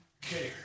care